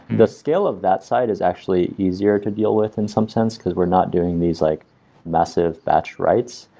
the scale of that side is actually easier to deal with in some sense because we're not doing these like massive batch writes.